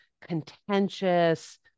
contentious